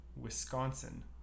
Wisconsin